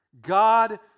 God